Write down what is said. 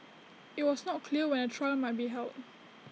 IT was not clear when A trial might be held